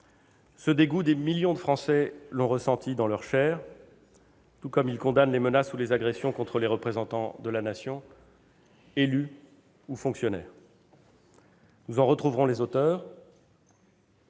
Ce dégoût, des millions de Français l'ont ressenti dans leur chair, tout comme ils condamnent les menaces ou les agressions contre les représentants de la Nation, élus ou fonctionnaires. Nous en retrouverons les auteurs